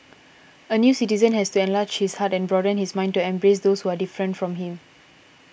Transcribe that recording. a new citizen has to enlarge his heart and broaden his mind to embrace those who are different from him